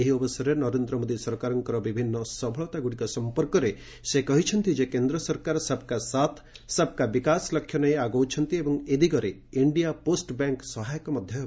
ଏହି ଅବସରରେ ନରେନ୍ଦ ମୋଦି ସରକାରଙ୍କ ବିଭିନ୍ନ ସଫଳତାଗୁଡ଼ିକ ସଂପର୍କରେ ସେ କହିଛନ୍ତି ଯେ କେନ୍ଦ୍ର ସରକାର ସବ୍କା ସାଥ୍ ସବ୍କା ବିକାଶ ଲକ୍ଷ୍ୟ ନେଇ ଆଗଉଛନ୍ତି ଏବଂ ଏ ଦିଗରେ ଇଣ୍ଡିଆ ପୋଷ୍ଟବ୍ୟାଙ୍କ ସହାୟକ ହେବ